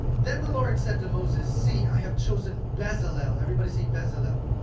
then the lord said to moses, see, i have chosen bezalel. everybody say, bezalel.